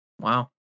Wow